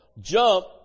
Jump